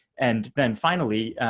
and then finally,